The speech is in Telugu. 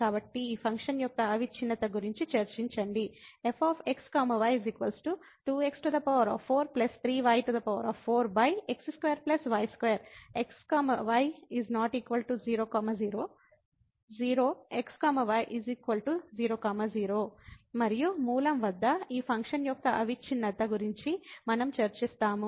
కాబట్టి ఈ ఫంక్షన్ యొక్క అవిచ్ఛిన్నత గురించి చర్చించండి f x y 2x4 3y4x2 y2 x y 0 0 0 x y 0 0 మరియు మూలం వద్ద ఈ ఫంక్షన్ యొక్క అవిచ్ఛిన్నత గురించి మనం చర్చిస్తాము